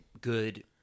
good